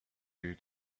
you